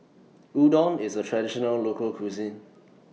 Udon IS A Traditional Local Cuisine